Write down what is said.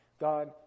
God